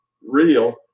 real